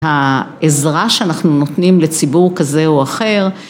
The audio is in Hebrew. העזרה שאנחנו נותנים לציבור כזה או אחר.